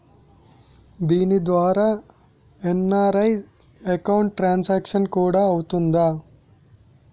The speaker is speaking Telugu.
దీని ద్వారా ఎన్.ఆర్.ఐ అకౌంట్ ట్రాన్సాంక్షన్ కూడా అవుతుందా?